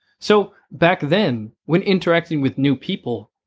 so, back then, when interacting with new people,